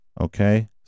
Okay